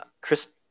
chris